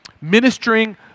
ministering